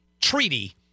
treaty